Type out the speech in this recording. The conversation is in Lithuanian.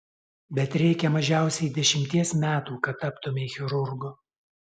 bet reikia mažiausiai dešimties metų kad taptumei chirurgu